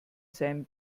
seinem